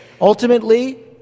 Ultimately